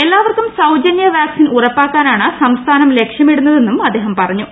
എല്ലാവർക്കും സൌജനൃ വാക്സിൻ ഉറപ്പാക്കാനാണ് സംസ്ഥാനം ലക്ഷ്യമിടുന്നതെന്നും അദ്ദേഹം പറഞ്ഞു